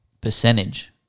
percentage